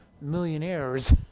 millionaires